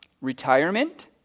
Retirement